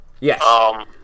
Yes